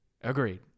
agreed